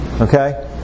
Okay